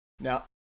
Now